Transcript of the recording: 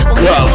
go